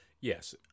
Yes